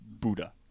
Buddha